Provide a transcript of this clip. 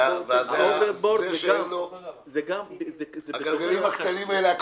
ההוברבורד זה- -- הגלגלים הקטנים האלה,